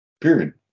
period